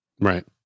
Right